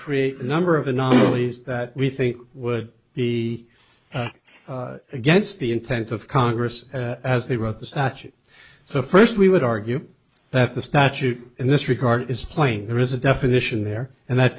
create a number of anomalies that we think would be against the intent of congress as they wrote the statute so first we would argue that the statute in this regard is plain there is a definition there and that